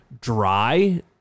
dry